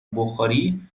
بخاری